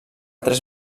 tres